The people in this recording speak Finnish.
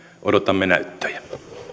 odotamme näyttöjä